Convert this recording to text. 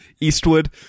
Eastwood